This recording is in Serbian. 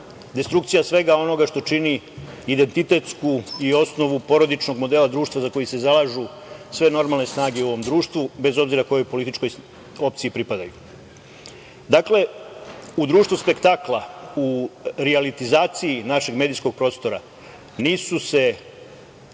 destrukcija svega onoga što čini identitetsku i osnovu porodičnog modela društva za koji se zalažu sve normalne snage u ovom društvu, bez obzira kojoj političkoj opciji pripadaju. Dakle, u društvu spektakla, u rijalitizaciji našeg medijskog prostora, nisu se